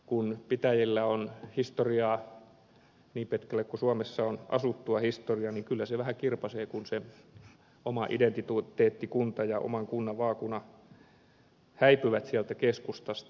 kun pitäjillä on historiaa niin pitkälle kuin suomessa on asuttua historiaa niin kyllä se vähän kirpaisee kun se oma identiteettikunta ja oman kunnan vaakuna häipyvät sieltä keskustasta